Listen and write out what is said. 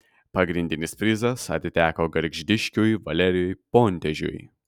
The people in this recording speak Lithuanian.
pagrindinis prizas atiteko gargždiškiui valerijui pontežiui